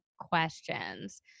questions